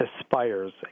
ASPIRES